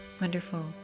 Wonderful